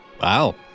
Wow